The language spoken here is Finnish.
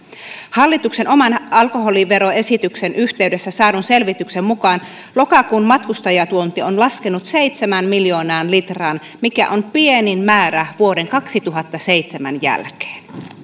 hallituksen oman alkoholiveroesityksen yhteydessä saadun selvityksen mukaan lokakuun matkustajatuonti on laskenut seitsemään miljoonaan litraan mikä on pienin määrä vuoden kaksituhattaseitsemän jälkeen